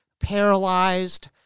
paralyzed